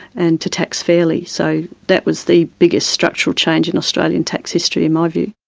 and to tax fairly. so that was the biggest structural change in australian tax history in my view.